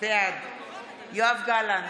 בעד יואב גלנט,